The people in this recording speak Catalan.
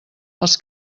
els